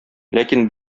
ләкин